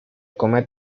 come